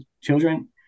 children